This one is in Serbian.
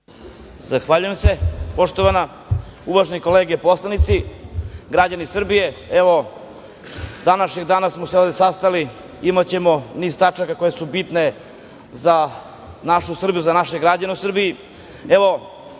Zahvaljujem se. Poštovana, uvaženi kolege poslanici, građani Srbije, evo današnjeg dana smo se ovde sastali, imaćemo niz tačaka koje su bitne za našu Srbiju, za naše građane u Srbiji. Evo